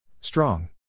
Strong